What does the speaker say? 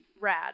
rad